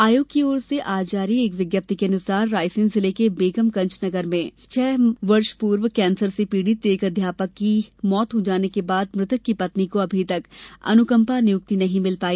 आयोग की ओर से आज जारी एक विज्ञप्ति के अनुसार रायसेन जिले के बेगमगंज नगर में छह वर्ष पूर्व कैंसर से पीड़ित एक अध्यापक की मृत्यु हो जाने के बाद मृतक की पत्नी को अभी तक अनुकंपा नियुक्ति नहीं मिल पाई